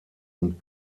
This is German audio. und